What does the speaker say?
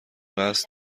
قصد